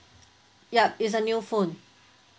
yup is a new phone